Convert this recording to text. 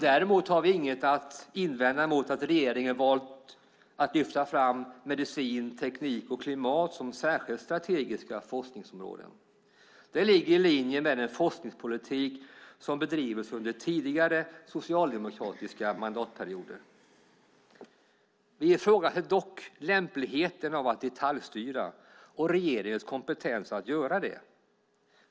Däremot har vi har inget att invända mot att regeringen valt att lyfta fram medicin, teknik och klimat som särskilt strategiska forskningsområden. Det ligger i linje med den forskningspolitik som bedrivits under tidigare socialdemokratiska mandatperioder. Vi ifrågasätter dock lämpligheten av att detaljstyra och regeringens kompetens att göra det.